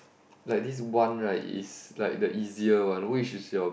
like this one right is like the easier one which is your